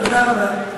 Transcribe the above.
תודה רבה.